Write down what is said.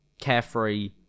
Carefree